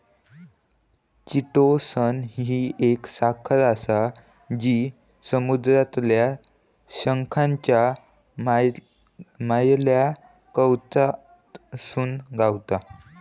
chitosan ही एक साखर आसा जी समुद्रातल्या शंखाच्या भायल्या कवचातसून गावता